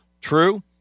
true